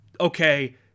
okay